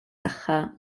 saħħa